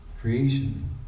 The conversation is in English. creation